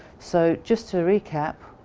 so, just to re-cap,